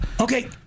Okay